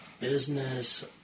business